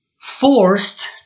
forced